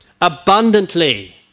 Abundantly